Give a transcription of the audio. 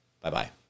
Bye-bye